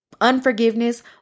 Unforgiveness